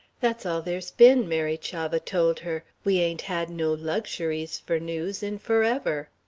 that's all there's been, mary chavah told her we ain't had no luxuries for news in forever.